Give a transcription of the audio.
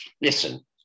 Listen